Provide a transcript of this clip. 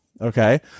Okay